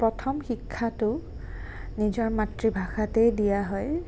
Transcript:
প্ৰথম শিক্ষাটো নিজৰ মাতৃভাষাতেই দিয়া হয়